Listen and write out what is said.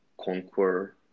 conquer